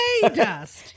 dust